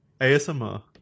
ASMR